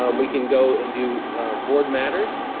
um we can go and do board matters,